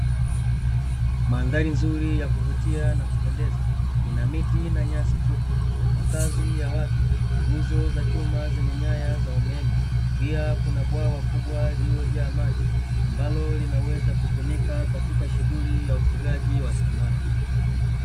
Mandhali nzuri ya kuvutia na kupendeza, ina miti na nyasi fupi, makazi ya watu, nguzo za chuma zenye nyaya za umeme , pia kuna bwawa kubwa lililojaa maji ambalo linaweza kutumika katika shughuli ya ufugaji.